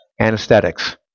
anesthetics